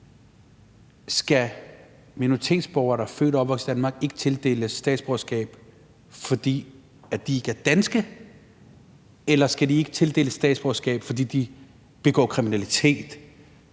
Skal minoritetsborgere, der er født og opvokset i Danmark, ikke tildeles statsborgerskab, fordi de ikke er danske, eller skal de ikke tildeles statsborgerskab, fordi de begår kriminalitet?